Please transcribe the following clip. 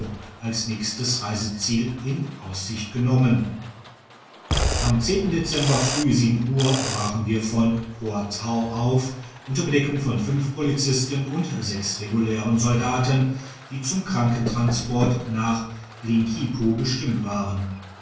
als nächstes reiseziel in aussicht genommen am dezember uhr brachen wir von poatau aut unter bedeckung von fünf polizisten und sechs regulären soldaten die zum krankentransport nach linkipo bestimmt waren